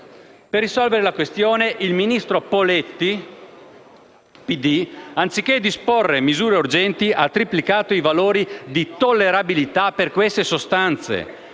Per risolvere la questione il ministro Galletti, anziché disporre misure urgenti, ha triplicato i valori di tollerabilità per queste sostanze: